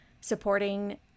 supporting